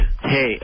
hey